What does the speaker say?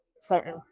certain